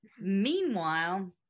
Meanwhile